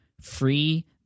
free